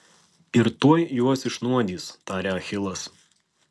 ir tuoj juos išnuodys tarė achilas